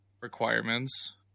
requirements